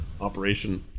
operation